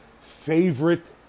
favorite